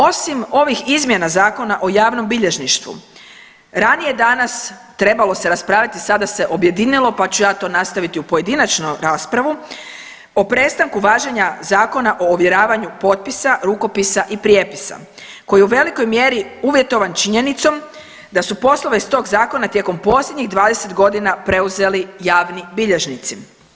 Osim ovih izmjena Zakona o javnom bilježništvu ranije danas trebalo se raspraviti, sada se objedinilo, pa ću ja to nastaviti u pojedinačno raspravu, o prestanku važenja Zakona o ovjeravanju potpisa, rukopisa i prijepisa koji u velikoj mjeri uvjetovan činjenicom da su poslove iz tog zakona tijekom posljednjih 20.g. preuzeli javni bilježnici.